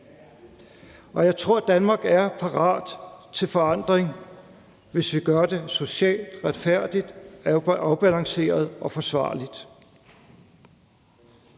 og jeg tror, at Danmark er parat til forandring, hvis vi gør det socialt retfærdigt, afbalanceret og forsvarligt.